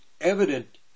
evident